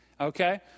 Okay